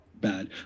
bad